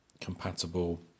compatible